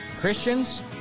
Christians